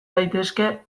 daitezke